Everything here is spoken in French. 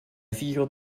figure